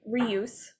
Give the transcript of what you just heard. reuse